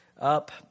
up